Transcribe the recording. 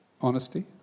Honesty